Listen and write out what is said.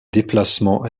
déplacement